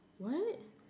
what